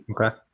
Okay